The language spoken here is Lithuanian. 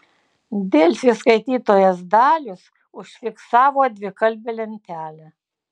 delfi skaitytojas dalius užfiksavo dvikalbę lentelę